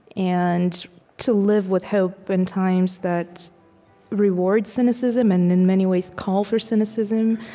and to live with hope in times that reward cynicism and, in many ways, call for cynicism,